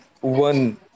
one